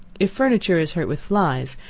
if furniture is hurt with flies,